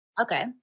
Okay